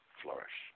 flourish